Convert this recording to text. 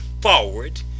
forward